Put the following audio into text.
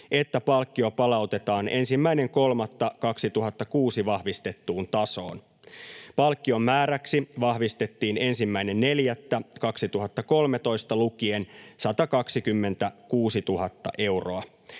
että palkkio palautetaan 1.3.2006 vahvistettuun tasoon. Palkkion määräksi vahvistettiin 1.4.2013 lukien 126 000 euroa.